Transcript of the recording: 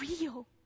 real